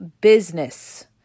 business